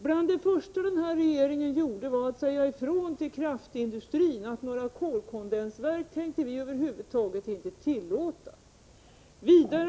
Bland det första den här regeringen gjorde var att säga ifrån till kraftindustrin att vi över huvud taget inte tänker tillåta några kolkondensverk.